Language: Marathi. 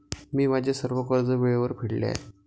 मी माझे सर्व कर्ज वेळेवर फेडले आहे